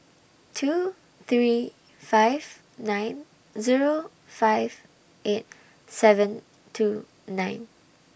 two three five nine Zero five eight seven two nine